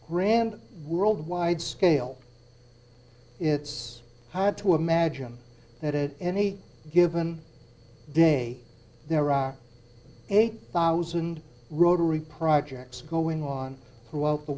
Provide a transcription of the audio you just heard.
grand worldwide scale it's hard to imagine that any given day there are eight thousand rotary projects going on throughout the